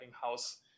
house